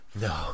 No